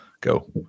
go